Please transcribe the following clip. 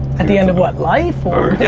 at the end of what? life? yeah,